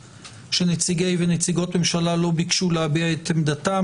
שנציגי ונציגות ממשלה לא ביקשו להביע את עמדתם,